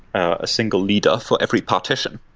a single leader for every partition.